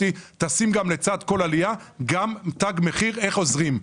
תשים לצד כל עלייה גם תג מחיר איך עוזרים.